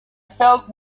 felt